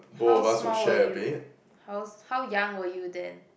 how small were you how's how young were you then